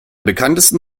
bekanntesten